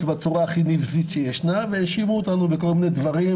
בצורה הכי נבזית שאפשר והאשימו אותנו בכל מיני דברים,